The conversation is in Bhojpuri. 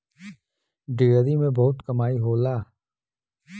डेयरी में बहुत कमाई होला